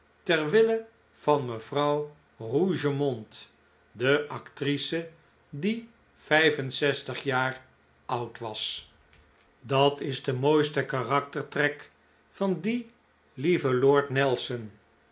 tehuis terwille van mevrouw rougemont de actrice die vijf en zestig jaar oud was dat is de mooiste karaktertrek van dien lieven lord nelson